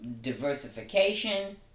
diversification